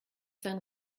sein